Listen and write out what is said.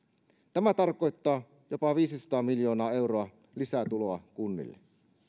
tämä tarkoittaa jopa viisisataa miljoonaa euroa lisää tuloa kunnille